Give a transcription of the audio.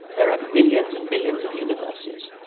there are millions and billions of universes,